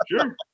sure